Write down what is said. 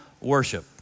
worship